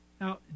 Now